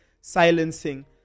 silencing